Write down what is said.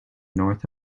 north